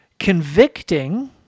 convicting